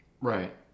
Right